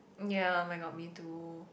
ya oh-my-god me too